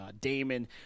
Damon